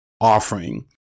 offering